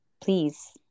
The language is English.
please